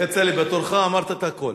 כצל'ה, בתורך אמרת את הכול.